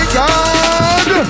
god